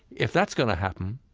if that's going to happen,